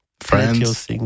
friends